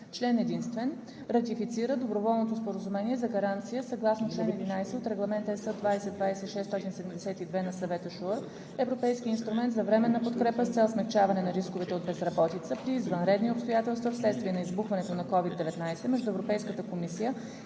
Член единствен. Ратифицира Доброволното споразумение за гаранция съгласно чл. 11 от Регламент (ЕС) 2020/672 на Съвета SURE – Европейски инструмент за временна подкрепа с цел смекчаване на рисковете от безработица при извънредни обстоятелства вследствие на избухването на COVID-19, между Европейската комисия